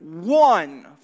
one